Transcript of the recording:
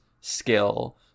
skill